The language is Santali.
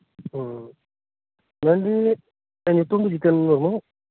ᱦᱮᱸ ᱢᱮᱱᱫᱟᱹᱧ ᱧᱩᱛᱩᱢ ᱫᱚ ᱡᱤᱛᱮᱱ ᱢᱩᱨᱢᱩ